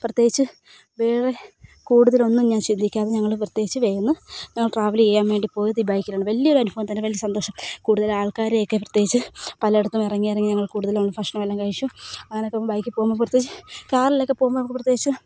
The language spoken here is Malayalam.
പ്രത്യേകിച്ച് വേറെ കൂടുതലൊന്നും ഞാൻ ചിന്തിക്കാതെ ഞങ്ങൾ പ്രത്യേകിച്ച് വന്ന് ഞങ്ങൾ ട്രാവൽ ചെയ്യാൻ വേണ്ടി പോയത് ഈ ബൈക്കിലാണ് വലിയൊരു അനുഭവം തന്ന വലിയ സന്തോഷം കൂടുതൽ ആൾക്കാരെയൊക്കെ പ്രത്യേകിച്ച് പലയിടത്തും ഇറങ്ങി ഇറങ്ങി ഞങ്ങൾ കൂടുതലൽ നമ്മൾ ഭക്ഷണം എല്ലാം കഴിച്ചു അങ്ങനെ പോവുമ്പം ബൈക്കിൽ പോവുമ്പോൾ പ്രത്യേകിച്ച് കാറിലൊക്കെ പോകുമ്പോൾ നമുക്ക് പ്രത്യേകിച്ച്